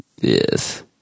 Yes